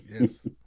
yes